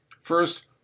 First